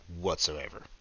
whatsoever